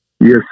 Yes